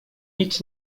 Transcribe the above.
nic